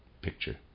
picture